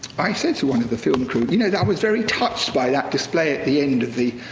i said to one of the film crew, you know that i was very touched by that display at the end of the,